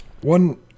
One